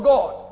God